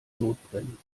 sodbrennen